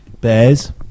Bears